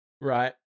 Right